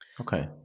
Okay